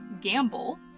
gamble